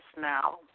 now